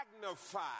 magnify